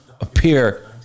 appear